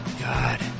God